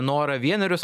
norą vienerius